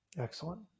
Excellent